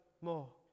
more